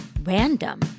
random